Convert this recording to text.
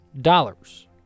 dollars